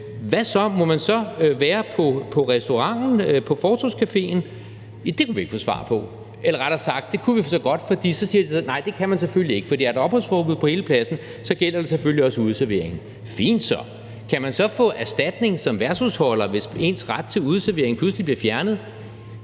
Hvad så? Må man så være på restauranten eller på fortovscaféen? Det kunne vi ikke få svar på – eller rettere sagt, det kunne vi så godt, for så sagde de: Nej, det kan man selvfølgelig ikke, for er der opholdsforbud på hele pladsen, gælder det selvfølgelig også udeservering. Fint så. Kan man så få erstatning som værtshusholder, hvis ens ret til udeservering pludselig bliver fjernet?